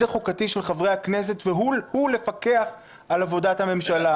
החוקתי של חברי הכנסת והוא לפקח על עבודת הממשלה.